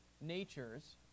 natures